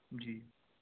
جی